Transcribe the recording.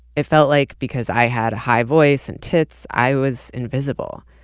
it felt like because i had a high voice and tits, i was invisible.